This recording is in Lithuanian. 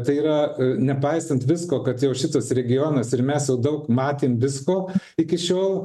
tai yra nepaisant visko kad jau šitas regionas ir mes jau daug matėm visko iki šiol